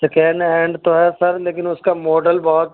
second hand تو ہے sir لیکن اس کا ماڈل بہت